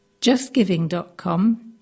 justgiving.com